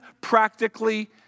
practically